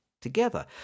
together